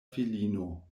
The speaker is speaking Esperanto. filino